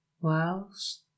whilst